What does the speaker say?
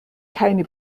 keine